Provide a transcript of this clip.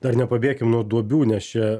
dar nepabėkim nuo duobių nes čia